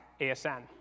ASN